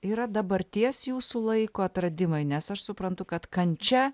yra dabarties jūsų laiko atradimai nes aš suprantu kad kančia